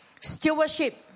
Stewardship